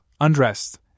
undressed